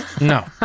no